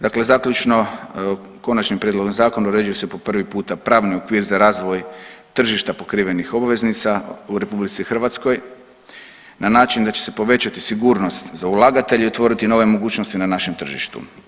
Dakle zaključno, konačnim prijedlogom zakona uređuje se po prvi puta pravni okvir za razvoj tržišta pokrivenih obveznica u Republici Hrvatskoj na način da će se povećati sigurnost za ulagatelje i otvoriti nove mogućnosti na našem tržištu.